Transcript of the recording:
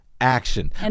Action